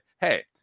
hey